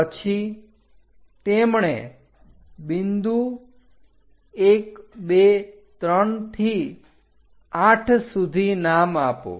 પછી તેમણે બિંદુ 123 થી 8 સુધી નામ આપો